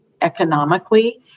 economically